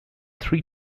three